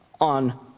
on